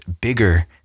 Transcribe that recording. bigger